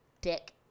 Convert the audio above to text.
dick